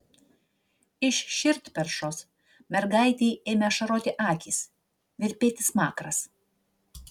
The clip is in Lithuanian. iš širdperšos mergaitei ėmė ašaroti akys virpėti smakras